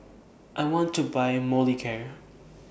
I want to Buy Molicare